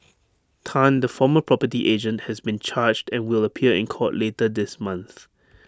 Tan the former property agent has been charged and will appear in court later this month